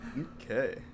Okay